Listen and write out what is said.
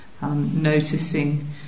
Noticing